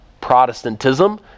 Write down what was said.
Protestantism